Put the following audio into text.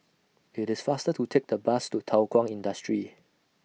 IT IS faster to Take The Bus to Thow Kwang Industry